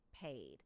paid